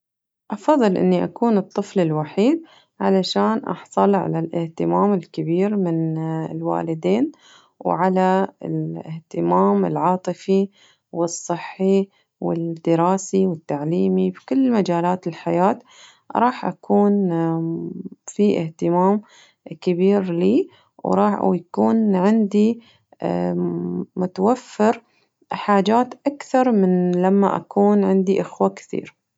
أفضل إني أكون الطفل الوحيد علشان أحصل على الاهتمام الكبير من الوالدين وعلى الاهتمام العاطفي والصحي والدراسي والتعليمي وكل مجالات الحياة راح أكون في اهتمام كبير وراح ويكون عندي متوفر حاجات أكثر من لما أكون عندي إخوة كثير.